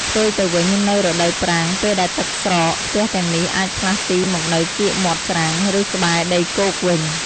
ផ្ទុយទៅវិញ នៅរដូវប្រាំង ពេលដែលទឹកស្រក ផ្ទះទាំងនេះអាចផ្លាស់ទីមកនៅកៀកមាត់ច្រាំង ឬក្បែរដីគោកវិញ។